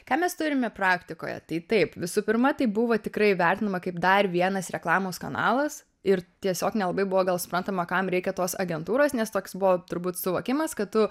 ką mes turime praktikoje tai taip visų pirma tai buvo tikrai vertinama kaip dar vienas reklamos kanalas ir tiesiog nelabai buvo gal suprantama kam reikia tos agentūros nes toks buvo turbūt suvokimas kad tu